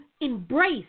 embrace